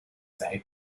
their